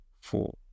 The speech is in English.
four